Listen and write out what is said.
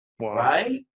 right